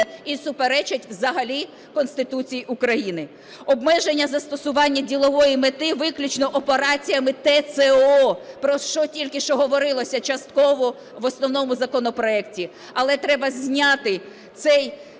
і суперечать взагалі Конституції України. Обмеження застосування ділової мети виключно операціями ТЦО, про що тільки що говорилося частково в основному законопроекті. Але треба зняти цю